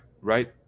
right